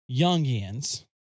Youngians